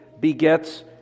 begets